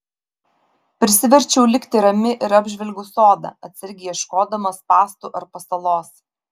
prisiverčiau likti rami ir apžvelgiau sodą atsargiai ieškodama spąstų ar pasalos